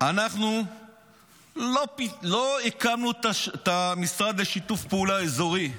אנחנו לא הקמנו את המשרד לשיתוף פעולה אזורי.